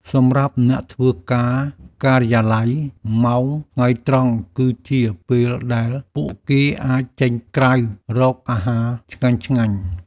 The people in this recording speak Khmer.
សម្រាប់អ្នកធ្វើការការិយាល័យ ម៉ោងថ្ងៃត្រង់គឺជាពេលដែលពួកគេអាចចេញក្រៅរកអាហារឆ្ងាញ់ៗ។